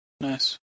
Nice